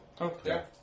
Okay